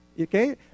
okay